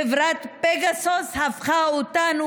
חברת פגסוס הפכה אותנו,